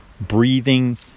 breathing